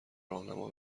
راهنما